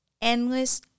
endless